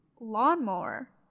Lawnmower